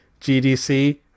GDC